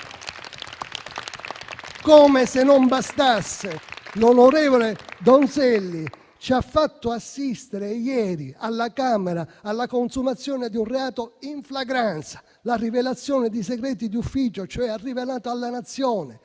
Come se non bastasse, l'onorevole Donzelli ci ha fatto assistere, ieri, alla Camera dei deputati, alla consumazione di un reato in flagranza: la rivelazione di segreti di ufficio. Ha cioè rivelato alla Nazione,